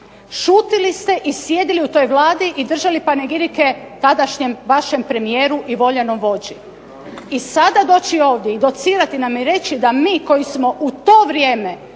Šutili ste i sjedili u toj Vladi i držali panegirike tadašnjem vašem premijeru i voljenom vođi. I sada doći ovdje i docirati nam i reći da mi koji smo u to vrijeme